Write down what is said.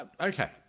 Okay